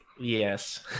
yes